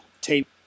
tape